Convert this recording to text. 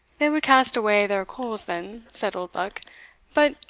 they would cast away their coals then said oldbuck but,